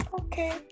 okay